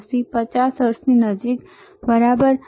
86 50 હર્ટ્ઝની નજીક બરાબર